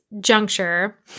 juncture